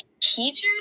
teachers